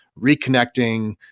reconnecting